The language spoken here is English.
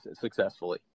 successfully